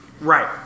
Right